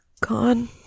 gone